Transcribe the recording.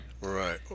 Right